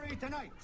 tonight